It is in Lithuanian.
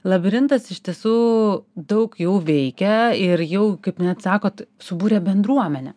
labirintas iš tiesų daug jau veikia ir jau kaip net sakot subūrė bendruomenę